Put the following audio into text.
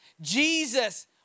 Jesus